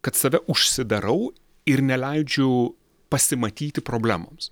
kad save užsidarau ir neleidžiu pasimatyti problemoms